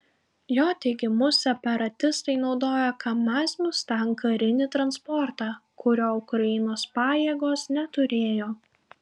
jo teigimu separatistai naudojo kamaz mustang karinį transportą kurio ukrainos pajėgos neturėjo